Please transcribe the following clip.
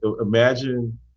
Imagine